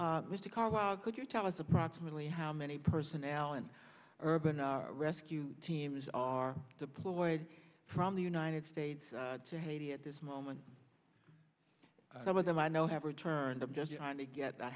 carwell could you tell us approximately how many personnel and urban or rescue teams are deployed from the united states to haiti at this moment some of them i know have returned i'm just trying to get a